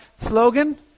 slogan